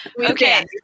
Okay